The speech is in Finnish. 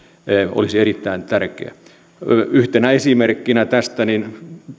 olisi erittäin tärkeää yhtenä esimerkkinä tästä